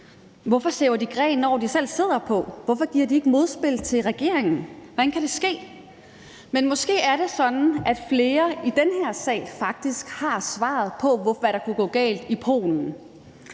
Hvorfor saver de grenen over, de selv sidder på? Hvorfor giver de ikke modspil til regeringen? Hvordan kan det ske? Men måske er det sådan, at flere i den her sal faktisk har svaret på, hvad der kunne gå galt i Polen,